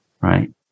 right